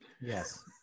Yes